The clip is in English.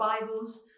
Bibles